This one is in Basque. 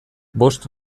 bost